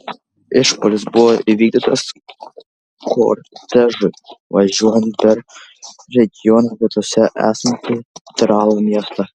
išpuolis buvo įvykdytas kortežui važiuojant per regiono pietuose esantį tralo miestą